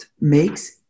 makes